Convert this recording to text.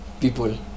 people